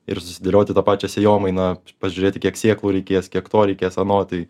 ir susidėlioti tą pačią sėjomainą pažiūrėti kiek sėklų reikės kiek to reikės ano tai